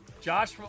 josh